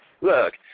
Look